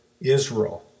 Israel